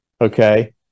okay